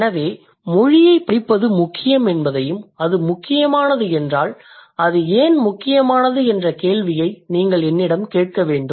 எனவே மொழியைப் படிப்பது முக்கியம் என்பதையும் அது முக்கியமானது என்றால் அது ஏன் முக்கியமானது என்ற கேள்வியை நீங்கள் என்னிடம் கேட்க வேண்டும்